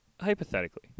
hypothetically